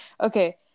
okay